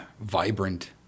vibrant